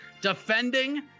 defending